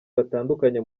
batandukanye